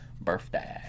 Birthday